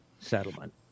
settlement